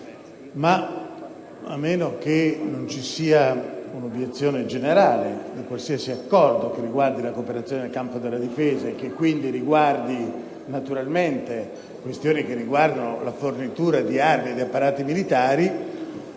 ma, a meno che non vi sia un'obiezione generale a qualsiasi accordo che riguardi la cooperazione nel campo della difesa, e che quindi riguardi naturalmente la fornitura di armi e di apparati militari,